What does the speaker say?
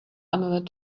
emerald